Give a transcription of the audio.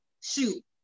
Shoot